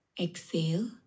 Exhale